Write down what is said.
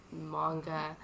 manga